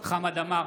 חמד עמאר,